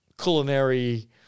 culinary